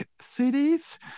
cities